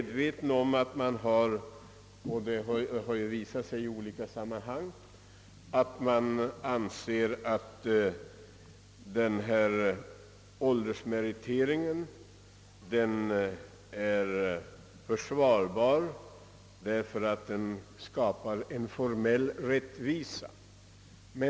Det har vid olika tillfällen framskymtat att man anser åldersmeriteringer försvarbar emedan den skapar en formell rättvisa.